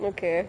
okay